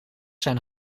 zijn